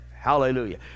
hallelujah